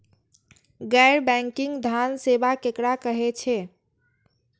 गैर बैंकिंग धान सेवा केकरा कहे छे?